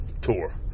Tour